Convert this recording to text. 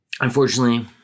unfortunately